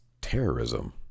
terrorism